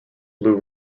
blue